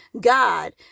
god